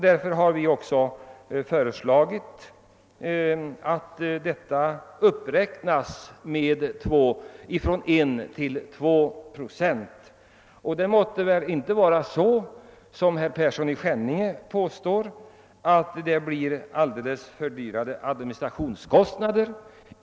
Därför har vi också föreslagit att dess andel av skördeskademedlen uppräknas från en till två procent. Detta kan inte — som herr Persson i Skänninge påstår — medföra några fördyrade administrationskostnader.